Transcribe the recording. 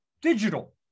digital